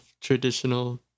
traditional